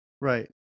right